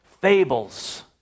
fables